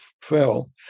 fell